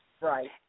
Right